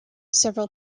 several